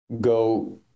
go